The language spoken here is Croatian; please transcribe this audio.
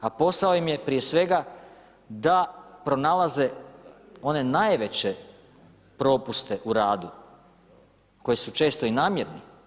A posao im je prije svega da pronalaze one najveće propuste u radu koji su često i namjerni.